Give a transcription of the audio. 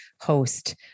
host